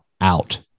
out